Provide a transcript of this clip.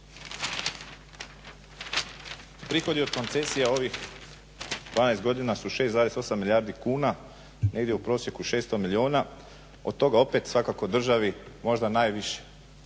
Prihodi od koncesija u ovih 12 godina su 6,8 milijardi kuna, negdje u prosjeku 600 milijuna, od toga opet svakako državi možda najviše,